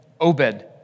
Obed